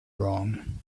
wrong